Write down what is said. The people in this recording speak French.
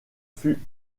fut